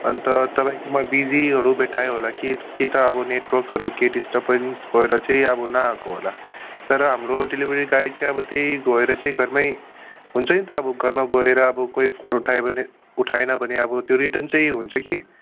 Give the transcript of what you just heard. अन्त तपाईँकोमा बिजीहरू भेट्टायो होला कि कि त अब नेटवर्कहरू केही डिस्टरबेन्स भएर चाहिँ अब नआएको होला तर हाम्रो डेलिभरी गाय आबो त्यहीँ गएर चाहिँ घरमै हुन्छ नि त अब घरमा गएर अब कोही फोन उठायो भने उठाएन भने अब त्यो रिटर्न चाहिँ हुन्छ कि